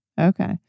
Okay